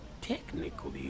technically